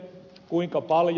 kuinka paljon